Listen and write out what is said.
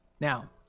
Now